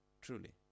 Truly